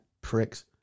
pricks